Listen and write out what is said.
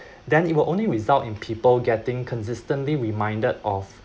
then it will only result in people getting consistently reminded of